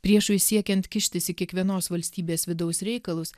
priešui siekiant kištis į kiekvienos valstybės vidaus reikalus